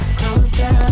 closer